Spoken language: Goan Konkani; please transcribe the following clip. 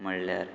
म्हणल्यार